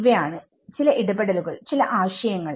ഇവയാണ് ചില ഇടപെടലുകൾ ചില ആശയങ്ങൾ